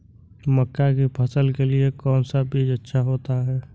मक्का की फसल के लिए कौन सा बीज अच्छा होता है?